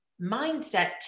mindset